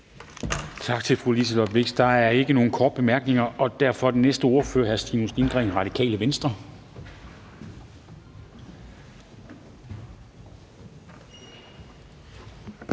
Tak til fru Liselott Blixt. Der er ikke nogen korte bemærkninger, og derfor er den næste ordfører hr. Stinus Lindgreen, Radikale Venstre.